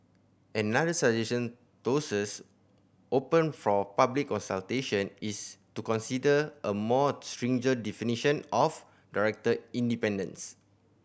another suggestion tosses open for public consultation is to consider a more stringent definition of director independence